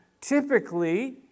typically